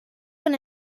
con